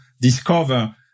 discover